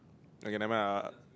okay never mind I'll